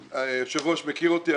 היושב ראש מכיר אותי,